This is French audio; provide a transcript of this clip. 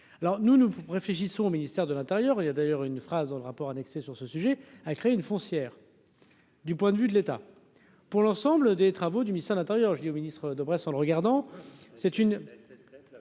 alors nous, nous réfléchissons au ministère de l'Intérieur, il y a d'ailleurs une phrase dans le rapport annexé sur ce sujet, a créé une foncière du point de vue de l'État pour l'ensemble des travaux du mystère, l'intérieur, je dis au ministre de presse en le regardant, c'est une,